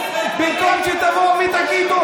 למה לא הפלתם את הממשלה?